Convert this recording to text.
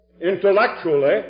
intellectually